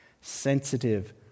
sensitive